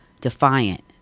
Defiant